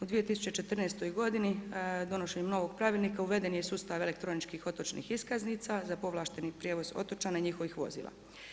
U 2014. godini donošenjem novog pravilnika uveden je i sustav elektroničkih otočnih iskaznica za povlašteni prijevoz otočana i njihovih vozila.